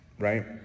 right